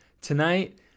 tonight